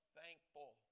thankful